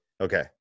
okay